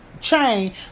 chain